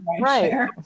right